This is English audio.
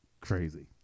crazy